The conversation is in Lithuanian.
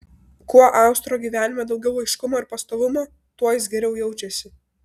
kuo austro gyvenime daugiau aiškumo ir pastovumo tuo jis geriau jaučiasi